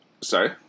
Sorry